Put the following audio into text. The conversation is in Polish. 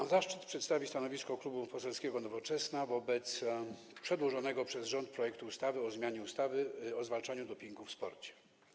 Mam zaszczyt przedstawić stanowisko Klubu Poselskiego Nowoczesna wobec przedłożonego przez rząd projektu ustawy o zmianie ustawy o zwalczaniu dopingu w sporcie.